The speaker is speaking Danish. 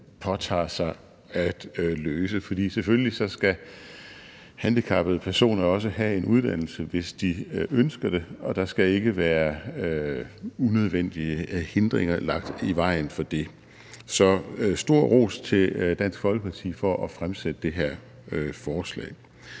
påtager sig at løse, fordi handicappede personer skal selvfølgelig også have en uddannelse, hvis de ønsker det, og der skal ikke være unødvendige hindringer lagt i vejen for det. Så stor ros til Dansk Folkeparti for at fremsætte det her forslag.